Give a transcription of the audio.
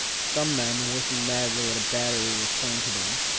some men working madly at a battery were plain to them,